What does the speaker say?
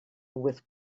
with